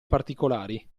particolari